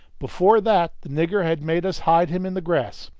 before that the nigger had made us hide him in the grass,